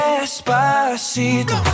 Despacito